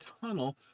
tunnel